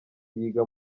yiga